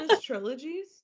trilogies